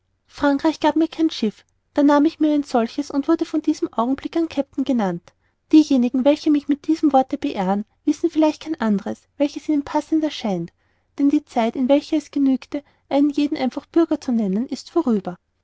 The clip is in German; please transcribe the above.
frankreich gab mir kein schiff da nahm ich mir ein solches und wurde von diesem augenblick an kapitän genannt diejenigen welche mich mit diesem worte beehren wissen vielleicht kein anderes welches ihnen passend erscheint denn die zeit in welcher es genügte einen jeden einfach bürger zu nennen ist vorüber